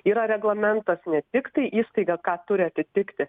yra reglamentas ne tiktai įstaiga ką turi atitikti